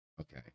Okay